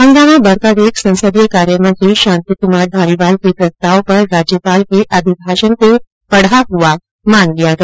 हंगामा बढता देख संसदीय कार्यमंत्री शांति कुमार धारीवाल के प्रस्ताव पर राज्यपाल के अभिभाषण को पढा हुआ मान लिया गया